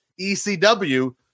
ECW